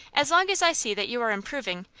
as long as i see that you are improving,